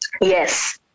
Yes